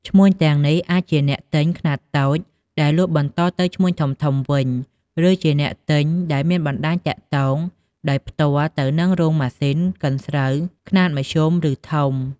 ឈ្មួញទាំងនេះអាចជាអ្នកទិញខ្នាតតូចដែលលក់បន្តទៅឈ្មួញធំៗវិញ ឬជាអ្នកទិញដែលមានបណ្តាញទាក់ទងដោយផ្ទាល់ទៅនឹងរោងម៉ាស៊ីនកិនស្រូវខ្នាតមធ្យម ឬធំ។